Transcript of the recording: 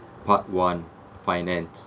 part one finance